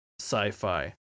sci-fi